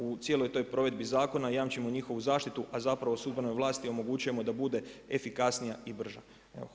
U cijeloj toj provedbi zakona jamčimo njihovu zaštitu a zapravo sudbenoj vlasti omogućujemo da bude efikasnija i brža.